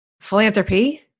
philanthropy